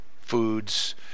foods